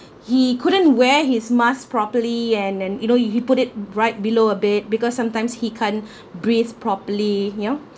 he couldn't wear his mask properly and and you know you put it right below a bit because sometimes he can't breathe properly you know